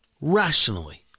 rationally